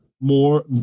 more